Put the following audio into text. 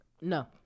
No